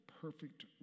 perfect